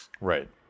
Right